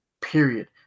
period